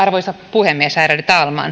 puhemies ärade talman